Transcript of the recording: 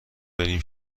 بریم